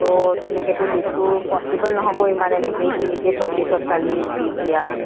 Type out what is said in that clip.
ছ' তেনেকৈতো লীভটো পচিব'ল নহ'ব ইমান এনেকৈ ইমিডিয়েট ন'টিছত কালি লীভ দিয়া